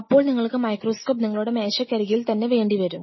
അപ്പോൾ നിങ്ങൾക്ക് മൈക്രോസ്കോപ്പ് നിങ്ങളുടെ മേശക്കരികിൽ തന്നെ വേണ്ടിവരും